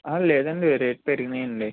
లేదండి రేట్ పెరిగాయండి